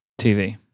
TV